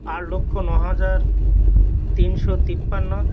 আট লক্ষ নহাজার তিনশো তিপান্ন